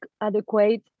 adequate